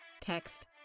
Text